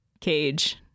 Cage